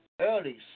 early